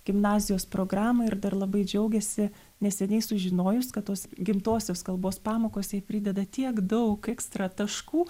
gimnazijos programą ir dar labai džiaugiasi neseniai sužinojus kad tos gimtosios kalbos pamokos jai prideda tiek daug ekstra taškų